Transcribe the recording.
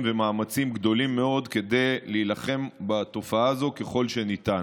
ומאמצים גדולים מאוד כדי להילחם בתופעה הזו ככל שניתן.